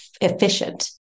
efficient